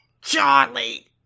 Charlie